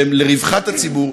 שהם לרווחת הציבור,